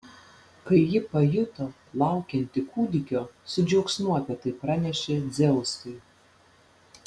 kai ji pajuto laukianti kūdikio su džiaugsmu apie tai pranešė dzeusui